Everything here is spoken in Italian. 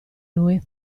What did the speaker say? lui